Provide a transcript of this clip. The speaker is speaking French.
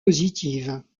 positives